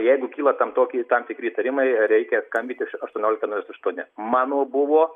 jeigu kyla tam tokie tam tikri įtarimai reikia skambinti aštuoniolika nulis aštuoni mano buvo